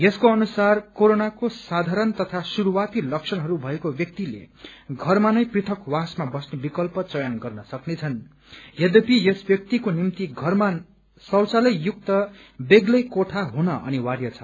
यसक्रे अनुसार कोरोनाको साधारण तथा शुरूआती लक्षणहरू भएको व्यक्तिले घरमा नै पृथकवासमा बस्ने विकल्प चयन गर्न सक्नेछन् यद्यपि यस व्यक्तिको निम्ति षरमा शौचालय युक्त बेग्लै कोठा हुन अनिवार्य हुनेछ